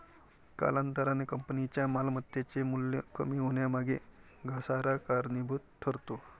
कालांतराने कंपनीच्या मालमत्तेचे मूल्य कमी होण्यामागे घसारा कारणीभूत ठरतो